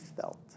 felt